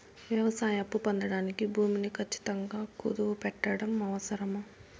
వ్యవసాయ అప్పు పొందడానికి భూమిని ఖచ్చితంగా కుదువు పెట్టడం అవసరమా?